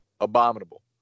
abominable